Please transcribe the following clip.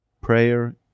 Prayer